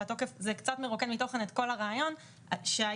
זה קצת מרוקן מתוכן את כל הרעיון שהיה,